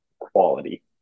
quality